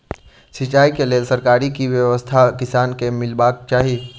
सिंचाई केँ लेल सरकारी की व्यवस्था किसान केँ मीलबाक चाहि?